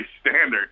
standard